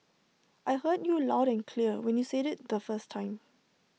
I heard you loud and clear when you said IT the first time